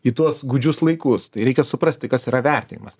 į tuos gūdžius laikus tai reikia suprasti kas yra vertinimas